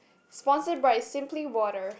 sponsor by simply boarder